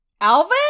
Alvin